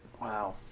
Wow